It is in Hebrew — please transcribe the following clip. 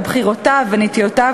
על בחירותיו ונטיותיו,